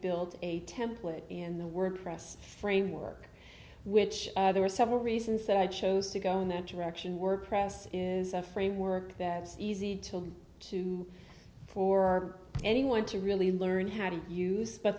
build a template in the wordpress framework which there are several reasons that i chose to go in that direction work process is a framework that is easy to learn to for anyone to really learn how to use but